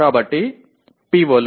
எனவே PO